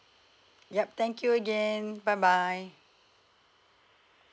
yup thank you again bye bye